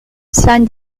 saint